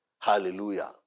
Hallelujah